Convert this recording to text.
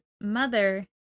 mother